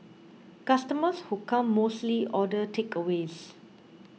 customers who come mostly order takeaways